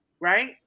right